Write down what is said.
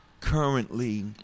currently